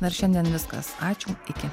na ir šiandien viskas ačiū iki